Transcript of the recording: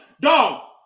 dog